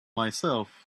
myself